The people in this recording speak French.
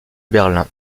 berlin